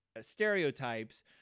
stereotypes